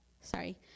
Sorry